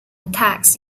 attacks